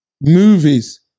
movies